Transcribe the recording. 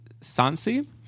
Sansi